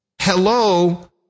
Hello